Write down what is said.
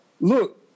look